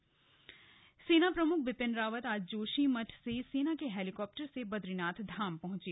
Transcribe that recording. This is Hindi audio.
सेना प्रमुख सेना प्रमुख बिपिन रावत आज जोशीमठ से सेना के हेलिकाप्टर से बद्रीनाथ धाम पहुंचे